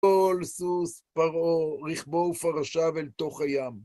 כל סוס פרעה, רכבו ופרשיו אל תוך הים.